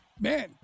man